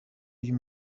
uyu